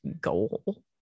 goal